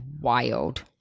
Wild